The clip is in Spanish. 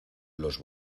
los